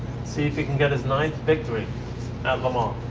see if he can get his ninth victory at le mans.